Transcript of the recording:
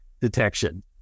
detection